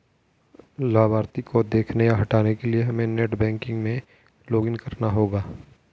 लाभार्थी को देखने या हटाने के लिए हमे नेट बैंकिंग में लॉगिन करना होगा